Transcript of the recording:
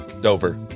Dover